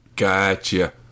Gotcha